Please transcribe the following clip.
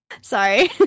sorry